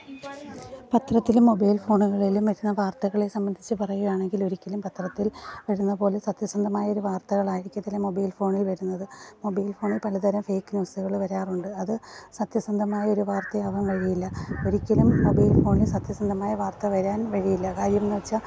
പത്രത്തിലും മൊബൈൽ ഫോണുകളിലും വരുന്ന വാർത്തകളെ സംബന്ധിച്ച് പറയുകയാണെങ്കിൽ ഒരിക്കലും പത്രത്തിൽ വരുന്ന പോലെ സത്യസന്ധമായൊരു വാർത്തകളായിരിക്കത്തില്ല മൊബൈൽ ഫോണിൽ വരുന്നത് മൊബൈൽ ഫോണിൽ പലതരം ഫേക്ക് ന്യൂസുകൾ വരാറുണ്ട് അത് സത്യസന്ധമായ ഒരു വാർത്തയാവാൻ വഴിയില്ല ഒരിക്കലും മൊബൈൽ ഫോണിൽ സത്യസന്ധമായ വാർത്ത വരാൻ വഴിയില്ല കാര്യമെന്നു വെച്ചാൽ